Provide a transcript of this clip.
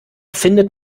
findet